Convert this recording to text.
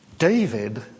David